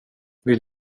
vill